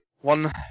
one